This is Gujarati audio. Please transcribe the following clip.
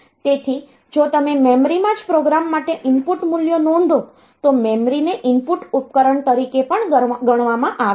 તેથી જો તમે મેમરીમાં જ પ્રોગ્રામ માટે ઇનપુટ મૂલ્યો નોંધો તો મેમરીને ઇનપુટ ઉપકરણ તરીકે પણ ગણવામાં આવે છે